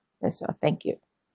that's all thank you